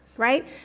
right